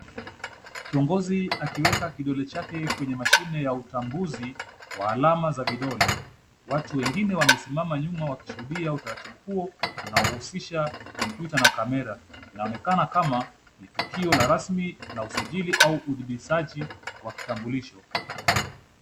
Kiongozi akiweka kidole chake kwenye mashine ya utambuzi wa alama za vidole. Watu wengine wamesimama nyuma wakishuhudia utaratibu huo unaohusisha kompyuta na kamera. Inaonekana kama ni tukio la rasmi la usajili au uthibitishaji wa kitambulisho.